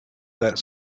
that